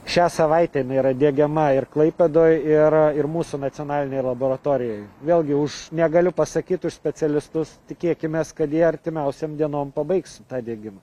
šią savaitę jinai yra diegiama ir klaipėdoj ir ir mūsų nacionalinėje laboratorijoj vėlgi už negaliu pasakyt už specialistus tikėkimės kad jie artimiausiom dienom pabaigs tą degimą